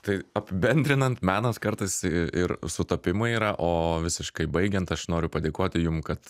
tai apibendrinant menas kartais ir sutapimai yra o visiškai baigiant aš noriu padėkoti jum kad